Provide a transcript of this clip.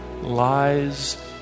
lies